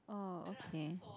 orh okay